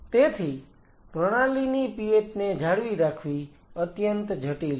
તેથી પ્રણાલીની pH ને જાળવી રાખવી અત્યંત જટિલ છે